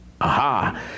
Aha